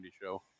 show